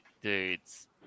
dudes